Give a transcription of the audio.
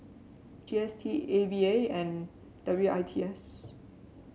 G S T A V A and W I T S